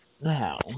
now